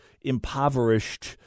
impoverished